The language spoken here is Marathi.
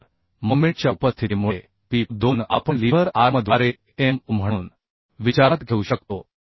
तर मोमेंटच्या उपस्थितीमुळे pu 2 आपण लीव्हर आर्मद्वारे mu म्हणून विचारात घेऊ शकतो